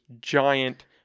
giant